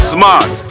Smart